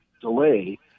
delay